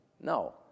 No